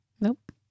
nope